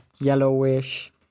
yellowish